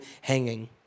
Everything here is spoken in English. hanging